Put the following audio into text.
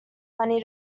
money